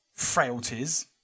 frailties